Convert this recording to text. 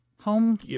Home